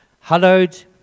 Hallowed